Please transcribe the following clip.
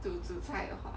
to 煮菜的话